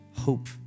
Hope